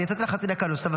אני נתתי לך חצי דקה נוספת.